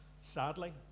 Sadly